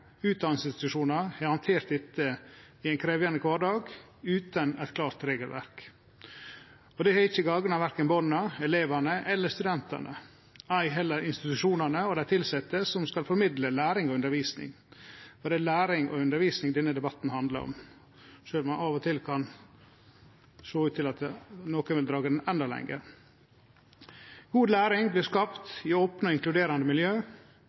utdanningsinstitusjonar har handtert dette i ein krevjande kvardag utan eit klart regelverk. Det har ikkje gagna verken barna, elevane eller studentane, ei heller institusjonane og dei tilsette, som skal formidle læring og undervisning. Og det er læring og undervisning denne debatten handlar om, sjølv om det av og til kan sjå ut som om enkelte vil dra han endå lenger. God læring skjer i opne og inkluderande miljø